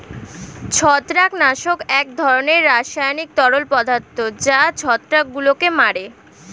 ছত্রাকনাশক এক ধরনের রাসায়নিক তরল পদার্থ যা ছত্রাকগুলোকে মারে